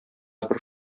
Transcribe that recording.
бер